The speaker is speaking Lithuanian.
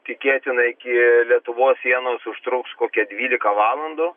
tikėtina iki lietuvos sienos užtruks kokią dvylika valandų